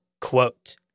quote